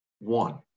one